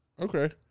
okay